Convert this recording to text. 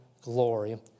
glory